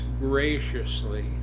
graciously